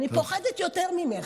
אני פוחדת יותר ממך.